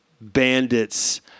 bandits